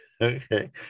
Okay